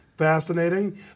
Fascinating